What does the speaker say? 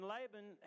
Laban